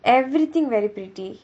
everything very pretty